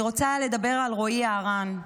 אני רוצה לדבר על רועי יערן.